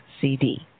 CD